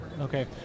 Okay